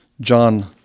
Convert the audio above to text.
John